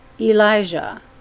Elijah